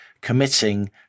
committing